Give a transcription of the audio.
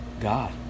God